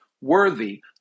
worthy